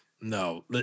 No